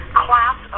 class